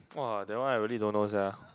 !wah! that one I really don't know sia